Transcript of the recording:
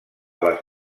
les